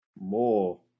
more